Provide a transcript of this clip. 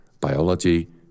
biology